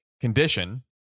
condition